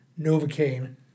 Novocaine